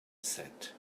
said